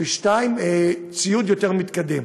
2. ציוד יותר מתקדם.